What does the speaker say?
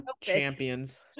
Champions